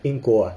link to what